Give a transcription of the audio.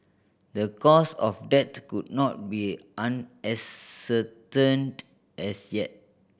the cause of death could not be ascertained as yet